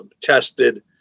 tested